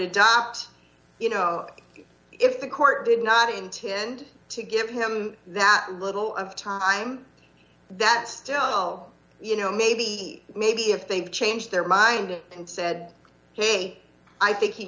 adopt you know if the court did not intend to give him that little of time that tell you know maybe maybe if they've changed their mind and said hey i think he